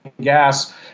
gas